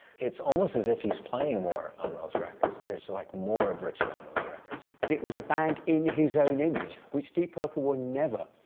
it's almost as if he is playing more on those records, there is so like more of ritchie on those records. it was a band in his own image, which deep purple would never.